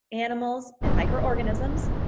animals, and microorganisms,